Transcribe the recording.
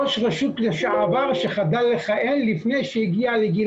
ראש רשות לשעבר שחדל לכהן לפני שהגיע לגיל